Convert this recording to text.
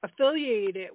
affiliated